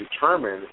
determine